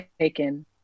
taken